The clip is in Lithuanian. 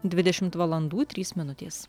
dvidešimt valandų trys minutės